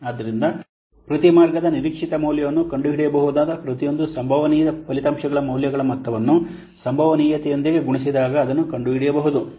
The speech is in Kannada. ಆದ್ದರಿಂದ ಪ್ರತಿ ಮಾರ್ಗದ ನಿರೀಕ್ಷಿತ ಮೌಲ್ಯವನ್ನು ಕಂಡುಹಿಡಿಯಬಹುದಾದ ಪ್ರತಿಯೊಂದು ಸಂಭವನೀಯ ಫಲಿತಾಂಶಗಳ ಮೌಲ್ಯಗಳ ಮೊತ್ತವನ್ನು ಸಂಭವನೀಯತೆಯೊಂದಿಗೆ ಗುಣಿಸಿದಾಗ ಅದನ್ನು ಕಂಡುಹಿಡಿಯಬಹುದು